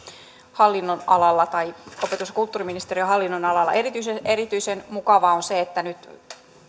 nonalalla tai opetus ja kulttuuriministeriön hallinnonalalla erityisen erityisen mukavaa on se että nyt